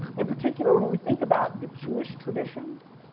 in particular, when we think about the jewish tradition.